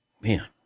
man